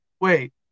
Wait